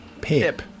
Pip